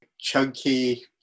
Chunky